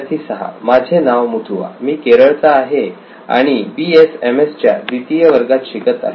विद्यार्थी 6 माझे नाव मुथुआ मी केरळचा आहे आणि BSMS च्या द्वितीय वर्षाला शिकत आहे